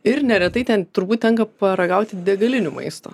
ir neretai ten turbūt tenka paragauti degalinių maisto